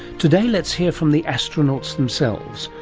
today let's hear from the astronauts themselves,